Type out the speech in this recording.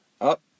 Up